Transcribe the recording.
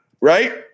right